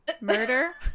Murder